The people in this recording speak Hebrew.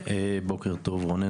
בוקר טוב, אני